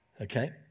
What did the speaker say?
Okay